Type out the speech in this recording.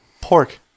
Pork